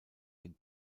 den